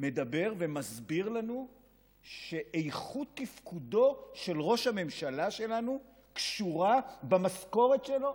מדבר ומסביר לנו שאיכות תפקודו של ראש הממשלה שלנו קשורה במשכורת שלו?